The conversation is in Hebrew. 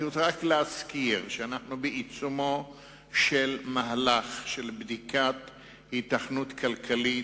אני רוצה רק להזכיר שאנחנו בעיצומו של מהלך של בדיקת היתכנות כלכלית.